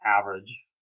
average